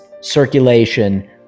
circulation